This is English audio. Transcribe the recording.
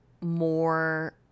more